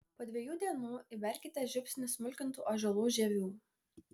po dviejų dienų įberkite žiupsnį smulkintų ąžuolų žievių